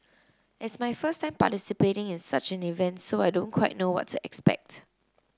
it's my first time participating in such an event so I don't quite know what to expect